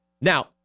Now